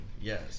yes